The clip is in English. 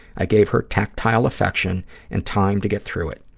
i gave her tactile affection and time to get through it.